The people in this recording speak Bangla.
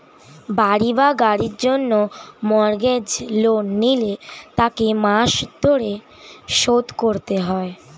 বাড়ি বা গাড়ির জন্য মর্গেজ লোন নিলে তাকে মাস ধরে শোধ করতে হয়